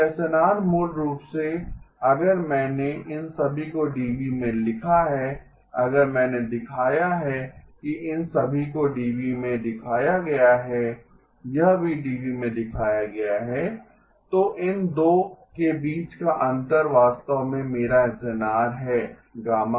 तो एसएनआर मूल रूप से अगर मैंने इन सभी को dB में लिखा है अगर मैंने दिखाया है कि इन सभी को dB में दिखाया गया है यह भी dB में दिखाया गया है तो इन 2 के बीच का अंतर वास्तव में मेरा एसएनआर है γ